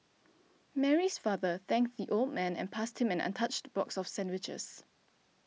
Mary's father thanked the old man and passed him an untouched box of sandwiches